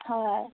হয় হয়